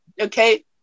Okay